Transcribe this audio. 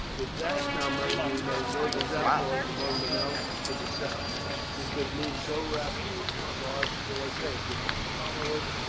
with that number we may live as outlaws among the mountains to the south we could move so rapidly that large forces could not follow us,